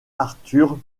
arthur